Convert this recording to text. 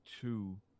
two